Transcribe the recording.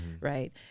right